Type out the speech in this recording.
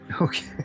Okay